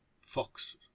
fox